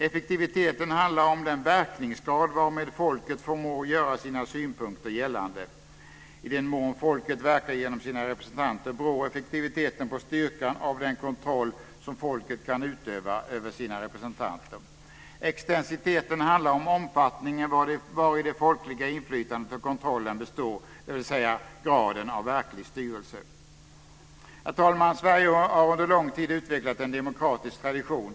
Effektiviteten handlar om den verkningsgrad varmed folket förmår göra sina synpunkter gällande. I den mån folket verkar genom sina representanter beror effektiviteten på styrkan av den kontroll som folket kan utöva över sina representanter. Extensiteten handlar om omfattningen vari det folkliga inflytandet och kontrollen består, dvs. graden av verklig styrelse. Herr talman! Sverige har under lång tid utvecklat en demokratisk tradition.